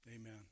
Amen